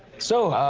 so, ah,